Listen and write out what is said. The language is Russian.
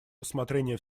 рассмотрение